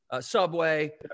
Subway